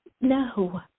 No